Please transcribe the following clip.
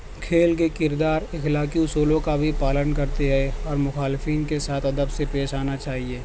کھیل کے کردار اخلاقی اصولوں کا بھی پالن کرتی ہے اور مخالفین کے ساتھ ادب سے پیش آنا چاہیے